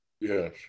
Yes